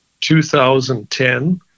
2010